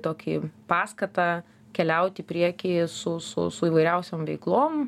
tokį paskatą keliaut į priekį su su su įvairiausiom veiklom